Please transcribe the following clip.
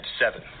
seven